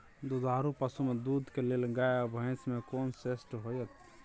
दुधारू पसु में दूध के लेल गाय आ भैंस में कोन श्रेष्ठ होयत?